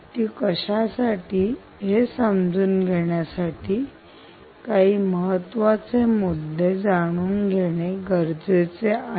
ती कशासाठी हे समजून घेण्यासाठी काही महत्त्वाचे मुद्दे ब्लॉग्स जाणून घेणे गरजेचे आहे